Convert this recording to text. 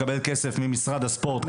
מקבלת כסף ממשרד הספורט,